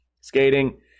Skating